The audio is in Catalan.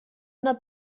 una